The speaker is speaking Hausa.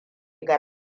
ga